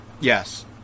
Yes